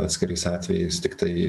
atskirais atvejais tiktai